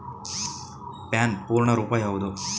PAN ಪೂರ್ಣ ರೂಪ ಯಾವುದು?